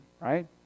right